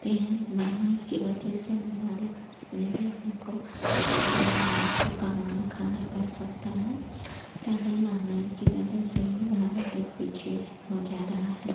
ते हैं लेकिन महँगाई के वजह से अब हमारे भारत में भी हमको सारी महिलाओं को कमाना खाना पड़ सकता है तो यह महँगाई की वजह से ही भारत एक पीछे हो जा रहा है